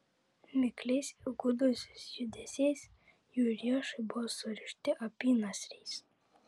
mikliais įgudusiais judesiais jų riešai buvo surišti apynasriais